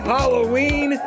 Halloween